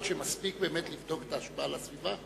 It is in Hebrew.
שמספיק באמת לבדוק את ההשפעה על הסביבה?